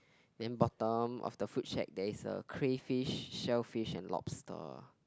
then bottom of the food shack there is a crayfish shellfish and lobster